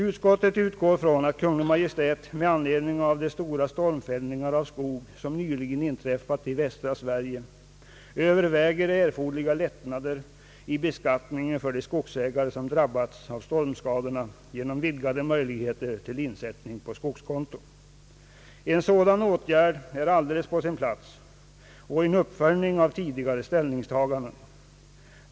Utskottet utgår från att Kungl. Maj:t med anledning av de stora stormfällningar av skog, som nyligen inträffat i västra Sverige, överväger erforderliga lättnader i beskattningen för de skogsägare, som drabbats av stormskadorna, genom vidgade möjligheter till insättning på skogskonto. En sådan åtgärd och en uppföljning av tidigare ställningstaganden är alldeles på sin plats.